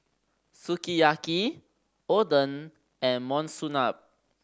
Sukiyaki Oden and Monsunabe